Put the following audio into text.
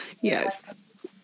Yes